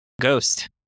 Ghost